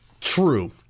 true